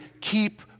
keep